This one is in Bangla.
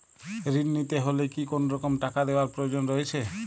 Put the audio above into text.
ঋণ নিতে হলে কি কোনরকম টাকা দেওয়ার প্রয়োজন রয়েছে?